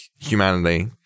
humanity